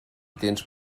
tens